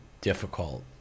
difficult